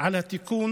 על התיקון